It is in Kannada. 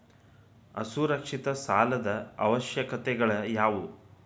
ಅಸುರಕ್ಷಿತ ಸಾಲದ ಅವಶ್ಯಕತೆಗಳ ಯಾವು